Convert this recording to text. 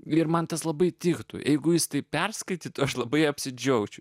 virmantas labai tiktų jeigu jis tai perskaityti aš labai apsidžiaugčiau